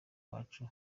wacu